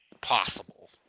possible